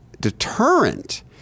deterrent